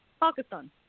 Pakistan